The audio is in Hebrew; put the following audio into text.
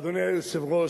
אדוני היושב-ראש,